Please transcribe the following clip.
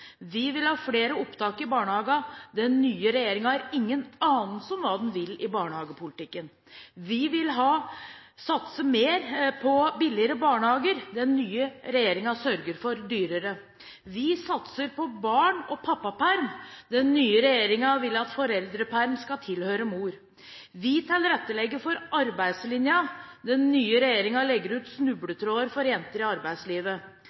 Vi vil ha flere opptak i barnehagene. Den nye regjeringen har ingen anelse om hva den vil i barnehagepolitikken. Vi vil satse mer på billigere barnehager. Den nye regjeringen sørger for dyrere barnehager. Vi satser på barn og pappaperm. Den nye regjeringen vil at foreldrepermisjon skal tilhøre mor. Vi tilrettelegger for arbeidslinjen. Den nye regjeringen legger ut snubletråder for jenter i arbeidslivet.